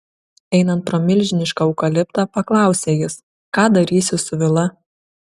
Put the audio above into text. einant pro milžinišką eukaliptą paklausė jis ką darysi su vila